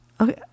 Okay